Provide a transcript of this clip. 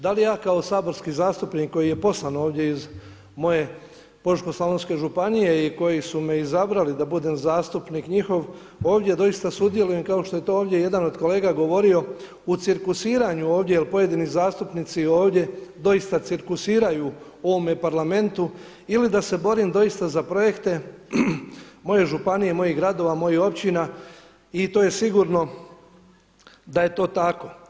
Da li ja kao saborski zastupnik koji je poslan ovdje iz moje Požeško-slavonske županije i koji su me izabrali da budem zastupnik njihov ovdje doista sudjelujem kao što je to ovdje jedan od kolega govorio u cirkusiranju ovdje jer pojedini zastupnici ovdje doista cirkusiraju u ovome Parlamentu ili da se borim doista za projekte moje županije i mojih gradova, mojih općina i to je sigurno da je to tako?